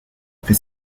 que